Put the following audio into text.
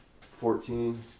fourteen